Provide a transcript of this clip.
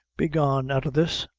begone out o' this,